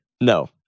No